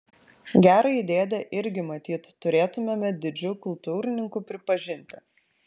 gerąjį dėdę irgi matyt turėtumėme didžiu kultūrininku pripažinti